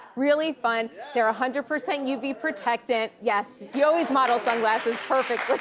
really fun. they're a hundred percent uv protected. yes, you always model sunglasses perfect.